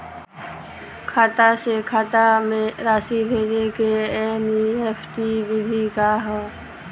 खाता से खाता में राशि भेजे के एन.ई.एफ.टी विधि का ह?